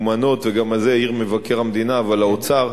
ממומנות, וגם על זה העיר מבקר המדינה, ועל האוצר,